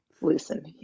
listen